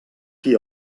qui